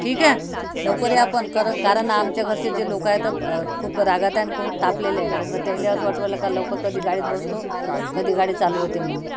ठीक आहे लवकर या पण करन कारण आमच्या घरचे जे लोक आय त अ खूप रागात आहे आणि कोण तापलेले आहे का उगाच त्याला असं वाटून राहिलं का लवकर कधी गाडीत बसतो कधी गाडी चालू होते म्हणून